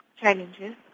challenges